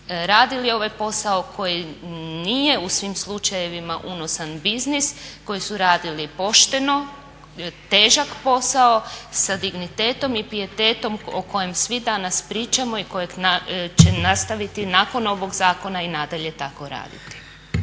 radili ovaj posao koji nije u svim slučajevima unosan biznis koji su radili pošteno, težak posao sa dignitetom i pijetetom o kojem svi danas pričamo i kojeg će nastaviti nakon ovog zakona i nadalje tako raditi.